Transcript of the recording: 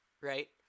right